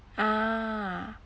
ah